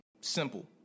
Simple